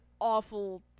awful